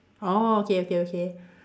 orh okay okay okay